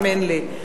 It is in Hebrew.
האמן לי.